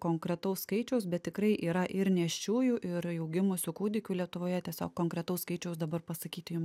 konkretaus skaičiaus bet tikrai yra ir nėščiųjų ir jau gimusių kūdikių lietuvoje tiesiog konkretaus skaičiaus dabar pasakyti jum